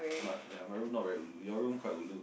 my my room not very ulu your room quite ulu